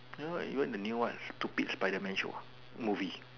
ya even the new one stupid Spiderman show ah movie